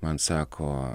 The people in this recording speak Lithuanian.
man sako